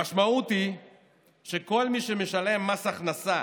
המשמעות היא שכל מי שמשלם מס הכנסה